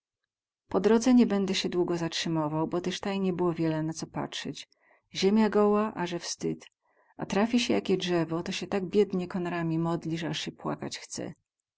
po drodze nie bedę sie długo zatrzymował bo tyz ta i nie było wiela na co patrzeć ziemia goła aze wstyd a trafi sie jakie drzewo to sie tak biedne konarami modli ze sie az płakać chce